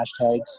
hashtags